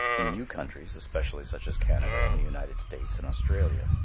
in new countries, especially such as canada and the united states and australia,